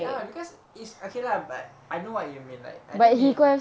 ya because it's okay lah but I know what you mean like I don't mean